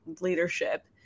leadership